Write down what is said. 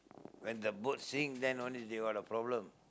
when the boat sink then only they got a problem